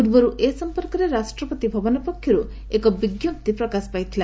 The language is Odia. ପୂର୍ବରୁ ଏ ସମ୍ପର୍କରେ ରାଷ୍ଟ୍ରପତିଭବନ ପକ୍ଷରୁ ଏକ ବିଞ୍ଜପ୍ତି ପ୍ରକାଶ ପାଇଥିଲା